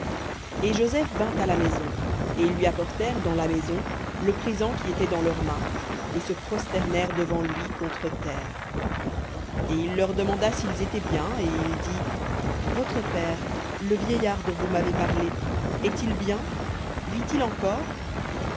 et joseph vint à la maison et ils lui apportèrent dans la maison le présent qui était dans leurs mains et se prosternèrent devant lui contre terre et il leur demanda s'ils étaient bien et il dit votre père le vieillard dont vous m'avez parlé est-il bien vit-il encore